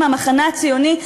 מהמחנה הציוני,